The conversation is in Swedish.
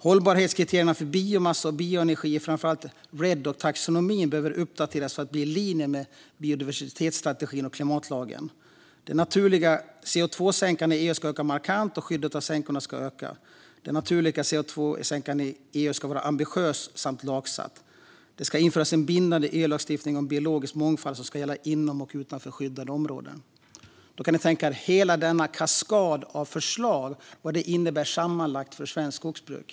Hållbarhetskriterierna för biomassa och bioenergi i framför allt RED och taxonomin behöver uppdateras för att bli i linje med biodiversitetsstrategin och klimatlagen. Den naturliga CO2-sänkan i EU ska öka markant, och skyddet av sänkorna ska öka. Den naturliga CO2-sänkan i EU ska vara ambitiös samt lagsatt. Det ska införas en bindande EU-lagstiftning om biologisk mångfald som ska gälla inom och utanför skyddade områden. Ni kan tänka er vad hela denna kaskad av förslag innebär sammanlagt för svenskt skogsbruk.